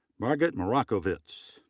margaret mroczkiewicz,